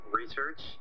research